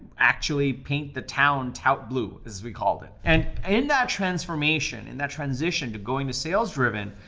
actually paint the town tout blue, as we called it. and in that transformation, in that transition to going to sales driven,